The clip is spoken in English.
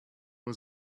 was